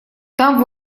там